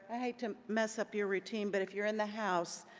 i hate to mess up your routine, but if you're in the house,